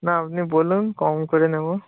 না আপনি বলুন কম করে নেবো